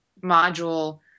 module